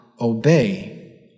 obey